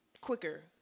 quicker